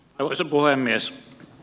arvoisa puhemies